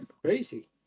crazy